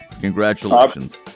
Congratulations